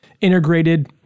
integrated